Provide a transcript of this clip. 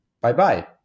bye-bye